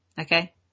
Okay